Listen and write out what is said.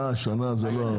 אה, זה לא הרבה.